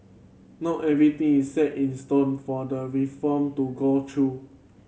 not everything is set in stone for the reform to go through